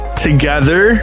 together